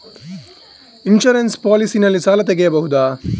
Insurance policy ನಲ್ಲಿ ಸಾಲ ತೆಗೆಯಬಹುದ?